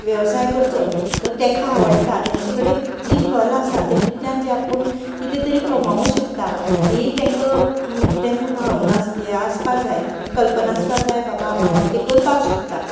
वेवसाय करचो जो तेका आवडटा तेंचे कडेन जी कला आसा तेतूतल्यान जे आपूण कितें तरी कमावूं शकता ही तेंका भावना आसपा हे आसपा जाय की कल्पना आसपा जाय बाबा म्हळ्यार ते करपाक शकता